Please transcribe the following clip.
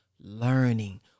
learning